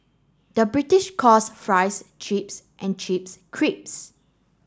the British calls fries chips and chips crisps